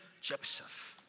Joseph